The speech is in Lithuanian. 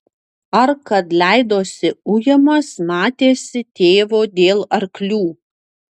ar kad leidosi ujamas matėsi tėvo dėl arklių